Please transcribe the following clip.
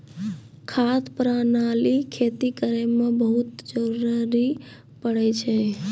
खाद प्रणाली खेती करै म बहुत जरुरी पड़ै छै